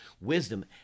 Wisdom